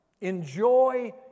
Enjoy